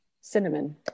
cinnamon